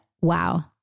wow